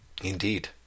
Indeed